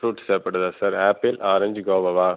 fruits தேவைப்படுதா sir apple orange கோவாவா